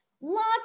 Lots